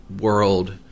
world